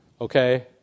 Okay